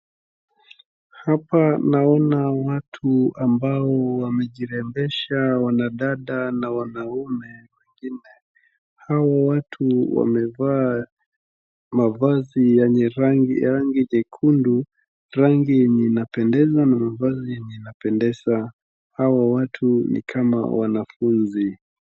Hapa naona watu ambao wamejirembesha, wanadada na wanaume wengine. Hawa watu wamevaa mavazi yenye rangi nyekundu, rangi yenye inapendeza na mavazi yenye inapendeza. Hawa watu ni kama wanafunzi.